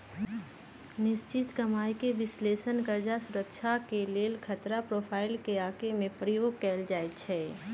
निश्चित कमाइके विश्लेषण कर्जा सुरक्षा के लेल खतरा प्रोफाइल के आके में प्रयोग कएल जाइ छै